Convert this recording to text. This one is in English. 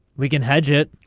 we can hedge it.